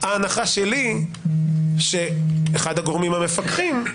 ההנחה שלי היא שאחד הגורמים המפקחים,